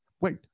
Wait